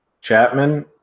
Chapman